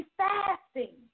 fasting